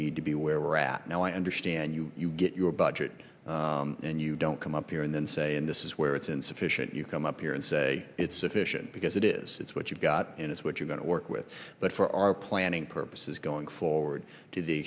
need to be where we're at now i understand you get your budget and you don't come up here and then say and this is where it's insufficient you come up here and say it's efficient because it is what you've got and it's what you're going to work with but for our planning purposes going forward to the